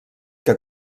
que